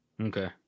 Okay